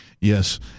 Yes